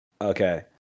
Okay